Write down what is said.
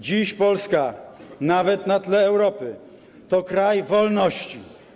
Dziś Polska, nawet na tle Europy, to kraj wolności.